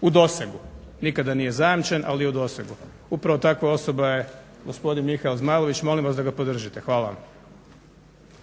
u dosegu, nikada nije zajamčen, ali je u dosegu. Upravo takva osoba je gospodin Mihael Zmajlović, molim vas da ga podržite. Hvala vam.